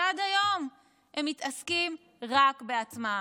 ועד היום הם מתעסקים רק בעצמם.